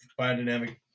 biodynamic